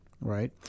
Right